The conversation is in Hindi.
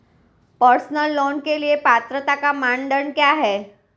पर्सनल लोंन के लिए पात्रता मानदंड क्या हैं?